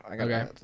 Okay